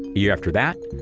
year after that,